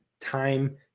time